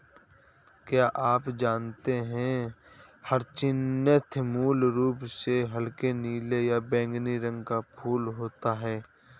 क्या आप जानते है ह्यचीन्थ मूल रूप से हल्के नीले या बैंगनी रंग का फूल होता है